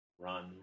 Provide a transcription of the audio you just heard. run